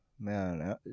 man